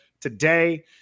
today